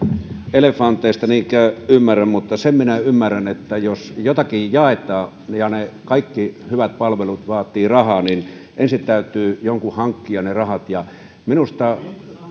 elefanteista niinkään ymmärrä mutta sen minä ymmärrän että jos jotakin jaetaan ja ne kaikki hyvät palvelut vaativat rahaa niin ensin täytyy jonkun hankkia ne rahat minusta